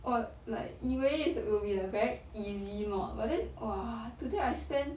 我 like 以为 it will be like very easy mod but then !wah! today I spend